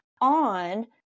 on